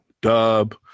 Dub